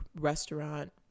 restaurant